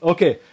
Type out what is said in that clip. Okay